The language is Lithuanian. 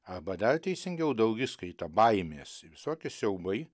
arba dar teisingiau daugiskaita baimės visokie siaubai